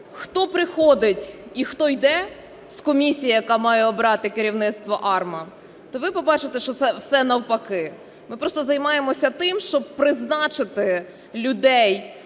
хто приходить і хто йде з комісії, яка має обрати керівництво АРМА, то ви побачите, що це все навпаки. Ми просто займаємося тим, щоб призначити людей,